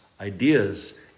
ideas